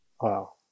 Wow